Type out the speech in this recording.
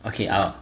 okay ah